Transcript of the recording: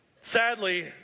Sadly